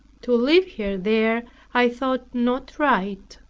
to leave her there i thought not right.